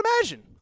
imagine